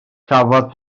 cafodd